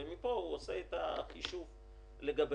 ומפה הוא עושה את החישוב לגבינו.